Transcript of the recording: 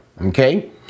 okay